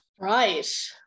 Right